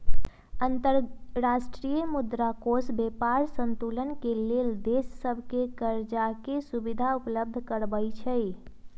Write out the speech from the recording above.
अंतर्राष्ट्रीय मुद्रा कोष व्यापार संतुलन के लेल देश सभके करजाके सुभिधा उपलब्ध करबै छइ